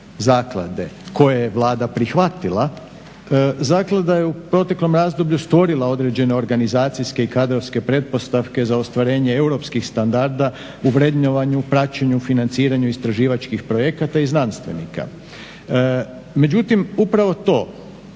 koje je Vlada prihvatila zaklada je u proteklom razdoblju stvorila određene organizacijske i kadrovske pretpostavke za ostvarenje europskih standarda u vrednovanju, praćenju, financiranju istraživačkih projekata i znanstvenika. Međutim upravo to